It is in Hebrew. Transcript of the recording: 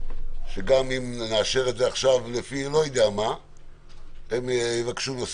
שגם אם נאשר את זה עכשיו הם יבקשו נושא